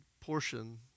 portion